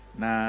na